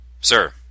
Sir